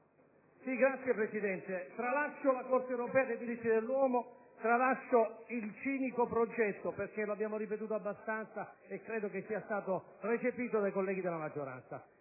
Signor Presidente, tralascio la Corte europea dei diritti dell'uomo e il riferimento al cinico progetto che abbiamo ripetuto abbastanza e che credo sia stato recepito dai colleghi della maggioranza.